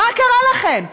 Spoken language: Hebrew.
מה קרה לכם?